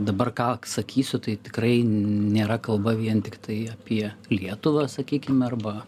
dabar ką sakysiu tai tikrai nėra kalba vien tiktai apie lietuvą sakykime arba